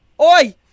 Oi